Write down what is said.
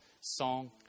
song